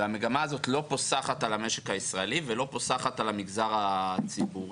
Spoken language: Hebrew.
והמגמה הזאת לא פוסחת על המשק הישראלי ולא פוסחת על המגזר הציבורי,